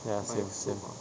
ya so ya